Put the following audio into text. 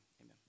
Amen